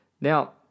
Now